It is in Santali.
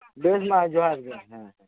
ᱵᱮᱥ ᱢᱟ ᱡᱚᱦᱟᱸᱨ ᱜᱮ ᱦᱮᱸ